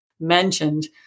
mentioned